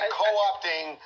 co-opting